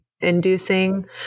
inducing